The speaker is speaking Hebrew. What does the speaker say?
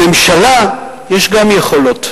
לממשלה יש גם יכולות.